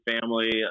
family